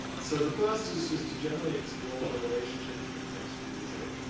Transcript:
so, the first is just to generally explore the relationship between text and music.